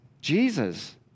Jesus